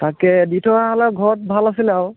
তাকে দি থৈ অহা হ'লে ঘৰত ভাল আছিলে আৰু